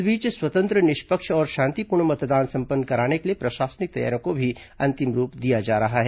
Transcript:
इस बीच स्वतंत्र निष्पक्ष और शांतिपूर्ण मतदान संपन्न कराने के लिए प्रशासनिक तैयारियों को भी अंतिम रूप दिया जा रहा है